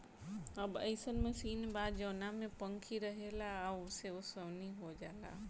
अब अइसन मशीन बा जवना में पंखी रहेला आ ओसे ओसवनी हो जाला